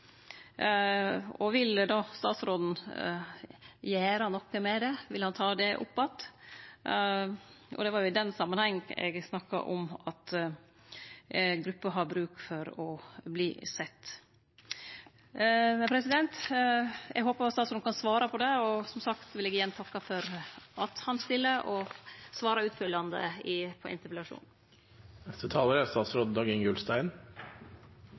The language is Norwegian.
statsråden gjere noko med det? Vil han ta det opp att? Det var i den samanhengen eg snakka om at grupper har bruk for å verte sett. Eg håpar statsråden kan svare på det, og eg vil igjen takke for at han stiller og svarar utfyllande på interpellasjonen. Jeg vil takke for debatten. Det er